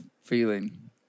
feeling